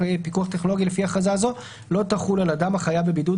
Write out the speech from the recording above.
טכנולוגי לפי הכרזה זו לא תחול על אדם החייב בבידוד,